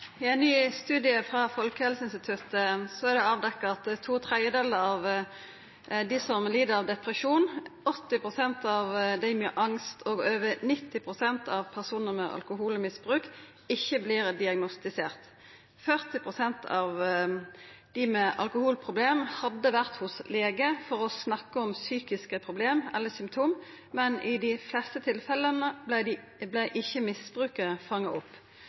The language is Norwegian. i disse sakene. «Ny studie fra Folkehelseinstituttet avdekker at to tredeler av de som lider av depresjon, 80 pst. av de med angst og over 90 pst. av personer med alkoholmisbruk, ikke blir diagnostisert. 40 pst. av de med alkoholproblemer hadde vært hos lege for å snakke om psykiske problemer eller symptomer, men i de fleste tilfellene ble ikke misbruket fanget opp.